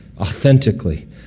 Authentically